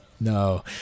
No